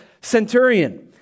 centurion